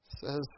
says